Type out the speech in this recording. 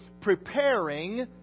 preparing